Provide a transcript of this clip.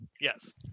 yes